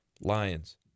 Lions